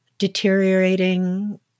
deteriorating